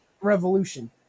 Revolution